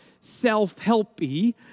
self-helpy